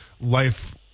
life